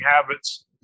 habits